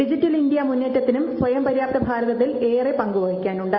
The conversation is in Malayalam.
ഡിജിറ്റൽ ഇന്ത്യ മുന്നേറ്റത്തിനും സ്വയംപര്യാപ്ത ഭാരതത്തിൽ ഏറെ പങ്കു വഹിക്കാനുണ്ട്